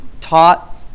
taught